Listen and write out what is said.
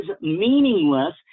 meaningless